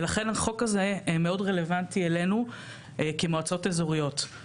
ולכן החוק הזה מאוד רלוונטי אלינו כמועצות אזוריות.